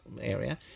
area